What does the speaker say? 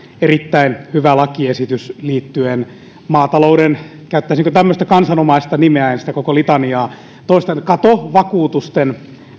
erittäin hyvä lakiesitys liittyen maatalouden käyttäisinkö tämmöistä kansanomaista nimeä en sitä koko litaniaa toista katovakuutusten